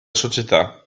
società